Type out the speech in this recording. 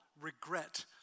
regret